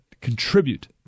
contribute